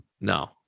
No